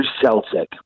Celtic